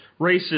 racist